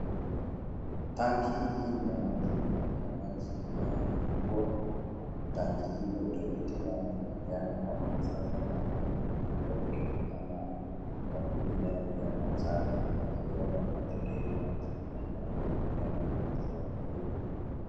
Tanki ya maji ya mvua ambayo donated ama imepeanwa kama msaada na kampuni ya Hope K au inayopeana msaada. Watoto wanateka hio maji na inaonekana ni kama ni maji ya kukunywa.